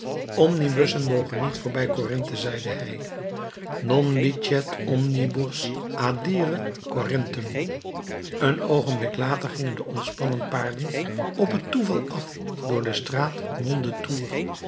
omnibussen mogen niet voorbij corinthe zeide hij non licet omnibus adire corynthum een oogenblik later gingen de ontspannen paarden op het toeval af door de straat